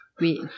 Wait